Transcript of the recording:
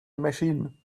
machine